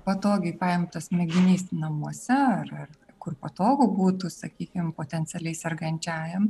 patogiai paimtas mėginys namuose ar ar kur patogu būtų sakykim potencialiai sergančiajam